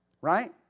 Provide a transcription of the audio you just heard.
Right